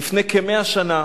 לפני כ-100 שנה,